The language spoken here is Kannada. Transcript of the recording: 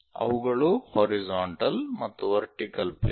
ಅವುಗಳು ಹಾರಿಜಾಂಟಲ್ ಮತ್ತು ವರ್ಟಿಕಲ್ ಪ್ಲೇನ್ ಗಳು